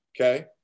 Okay